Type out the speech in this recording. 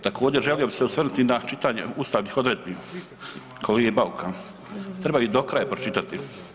Također želio bih se osvrnuti na čitanje ustavnih odredbi kolegi Bauka treba ih do kraja pročitati.